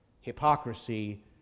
hypocrisy